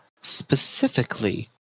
specifically